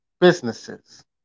businesses